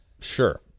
sure